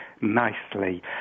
nicely